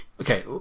okay